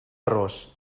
arròs